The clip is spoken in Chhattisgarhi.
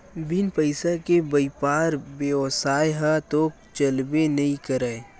बिन पइसा के बइपार बेवसाय ह तो चलबे नइ करय